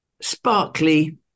sparkly